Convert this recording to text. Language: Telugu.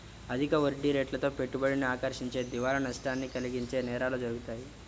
అధిక వడ్డీరేట్లతో పెట్టుబడిని ఆకర్షించి దివాలా నష్టాన్ని కలిగించే నేరాలు జరుగుతాయి